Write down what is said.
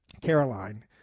Caroline